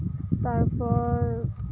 ᱛᱟᱨᱯ ᱚᱨ